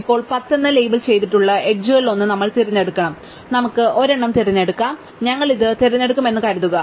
ഇപ്പോൾ 10 എന്ന് ലേബൽ ചെയ്തിട്ടുള്ള എഡ്ജുകളിലൊന്ന് നമ്മൾ തിരഞ്ഞെടുക്കണം നമുക്ക് ഒരെണ്ണം തിരഞ്ഞെടുക്കാം അതിനാൽ ഞങ്ങൾ ഇത് തിരഞ്ഞെടുക്കുമെന്ന് കരുതുക